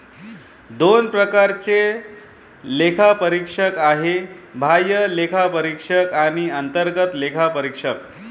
दोन प्रकारचे लेखापरीक्षक आहेत, बाह्य लेखापरीक्षक आणि अंतर्गत लेखापरीक्षक